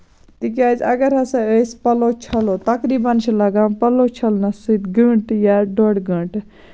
تِکیازِ اَگر ہسا أسۍ پَلو چھلو تقریٖبَن چھِ لَگان پَلو چھلنَس سۭتۍ گٲنٹہٕ یا ڈۄڈ گٲنٹہٕ